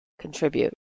contribute